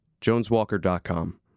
joneswalker.com